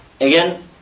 Again